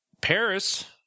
Paris